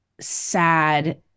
sad